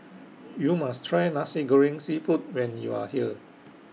YOU must Try Nasi Goreng Seafood when YOU Are here